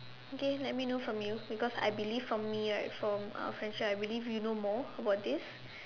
okay let me know from you because I believe from me right from uh Frencha I believe you know more about this